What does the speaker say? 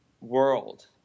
world